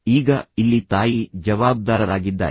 ಈಗ ಇಲ್ಲಿ ತಾಯಿ ಜವಾಬ್ದಾರರಾಗಿದ್ದಾರೆ